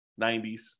90s